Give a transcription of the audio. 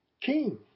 King